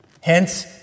Hence